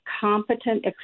competent